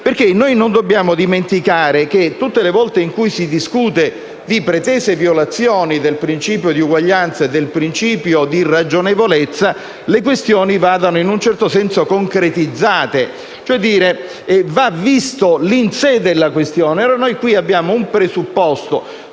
3. Infatti, non dobbiamo dimenticare come, tutte le volte in cui si discute di pretese violazioni del principio di uguaglianza e del principio di ragionevolezza, le questioni vadano in un certo senso concretizzate, cioè vadano esaminate nel loro contesto. Qui abbiamo un presupposto